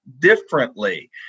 differently